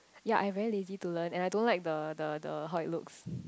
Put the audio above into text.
ya I very lazy to learn and I don't like the the the how it looks